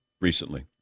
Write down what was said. recently